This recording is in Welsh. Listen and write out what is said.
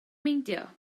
meindio